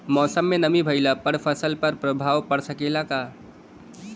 मौसम में नमी भइला पर फसल पर प्रभाव पड़ सकेला का?